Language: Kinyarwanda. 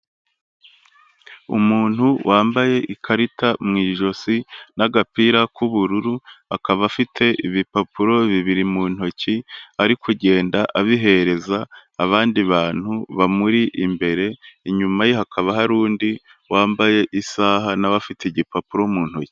Umuntu wambaye ikarita mu ijosi n'agapira k'ubururu, akaba afite ibipapuro bibiri mu ntoki, ari kugenda abihereza abandi bantu bamuri imbere, inyuma ye hakaba hari undi wambaye isaha n'awe afite igipapuro mu ntoki.